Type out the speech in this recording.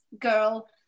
girl